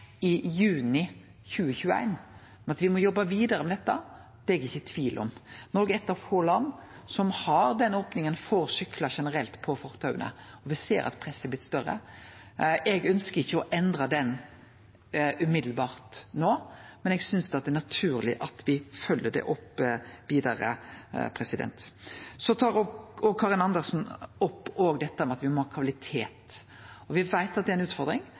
i juni 2021. Men at me må jobbe vidare med dette, er eg ikkje i tvil om. Noreg er eitt av få land som har den opninga for syklar generelt på fortaua, og me ser at presset har blitt større. Eg ønskjer ikkje å endre det no, men eg synest det er naturleg at me følgjer det opp vidare. Karin Andersen tar opp det at me må ha kvalitet. Me veit at det er ei utfordring at mange av desse syklane dessverre har veldig kort levetid. Me er